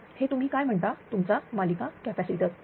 तर हे तुम्ही काय म्हणता तुमचा मालिका कॅपॅसिटर